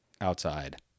outside